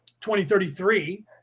2033